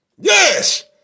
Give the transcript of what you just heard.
Yes